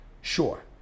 sure